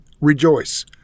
rejoice